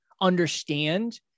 understand